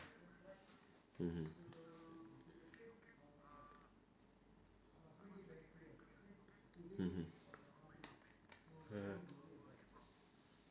mmhmm mmhmm uh